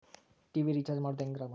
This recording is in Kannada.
ಟಿ.ವಿ ರೇಚಾರ್ಜ್ ಮಾಡೋದು ಹೆಂಗ ಮತ್ತು?